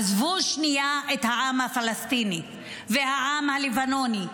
עזבו שנייה את העם הפלסטיני והעם הלבנוני,